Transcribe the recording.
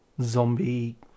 zombie